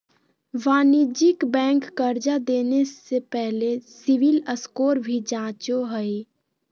वाणिज्यिक बैंक कर्जा देने से पहले सिविल स्कोर भी जांचो हइ